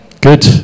Good